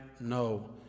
No